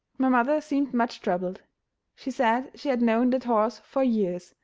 my mother seemed much troubled she said she had known that horse for years,